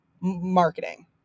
marketing